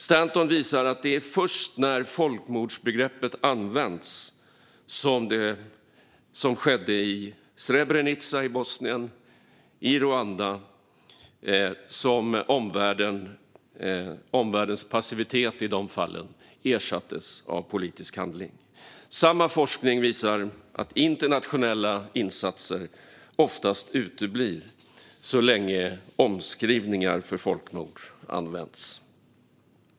Stanton visar att det var först när folkmordsbegreppet började användas om det som skedde i Srebrenica i Bosnien och i Rwanda som omvärldens passivitet ersattes av politisk handling. Samma forskning visar att internationella insatser oftast uteblir så länge omskrivningar för folkmord används.